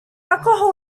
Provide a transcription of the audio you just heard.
alcohol